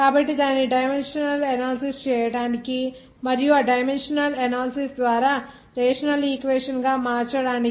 కాబట్టి దాన్ని dimensional analysis చేయడానికి మరియు ఆ డైమెన్షన్ ఎనాలిసిస్ ద్వారా రేషనల్ ఈక్వేషన్ గా మార్చడానికి